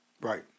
Right